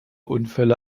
unfälle